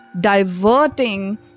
diverting